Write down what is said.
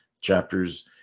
chapters